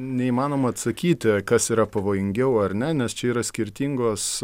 neįmanoma atsakyti kas yra pavojingiau ar ne nes čia yra skirtingos